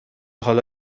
حالا